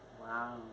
Wow